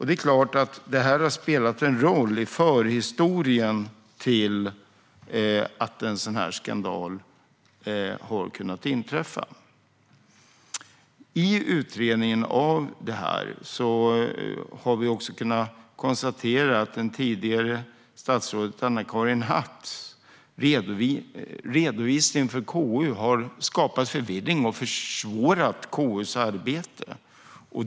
Det är klart att det här har spelat en roll i förhistorien till att en sådan här skandal har kunnat inträffa. I utredningen av det här har vi också kunnat konstatera att det tidigare statsrådet Anna-Karin Hatts redovisning för KU har skapat förvirring och försvårat KU:s arbete.